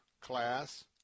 class